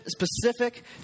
specific